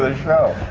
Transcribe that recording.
ah show!